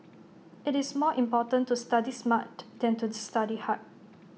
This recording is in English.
IT is more important to study smart than to study hard